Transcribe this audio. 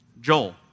Joel